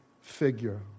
figure